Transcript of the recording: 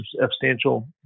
substantial